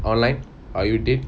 online ah you dead